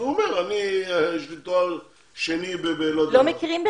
והוא אומר שיש לו תואר שני בדבר הזה,